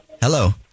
Hello